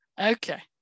Okay